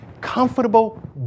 comfortable